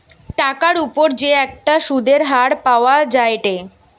টাকার উপর যে একটা সুধের হার পাওয়া যায়েটে